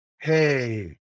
hey